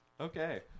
Okay